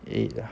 eighth ah